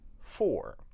four